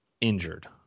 injured